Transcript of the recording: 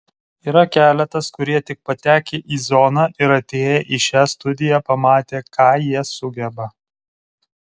yra keletas kurie tik patekę į zoną ir atėję į šią studiją pamatė ką jie sugeba